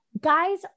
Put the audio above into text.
Guys